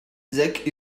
zak